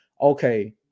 Okay